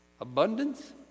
abundance